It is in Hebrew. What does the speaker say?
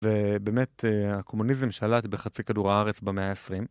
ובאמת הקומוניזם שלט בחצי כדור הארץ במאה העשרים.